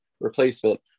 replacement